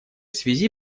связи